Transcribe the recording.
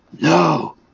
No